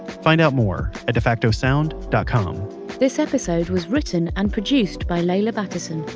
find out more at defactosound dot com this episode was written and produced by leila battison,